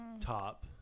top